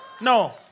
No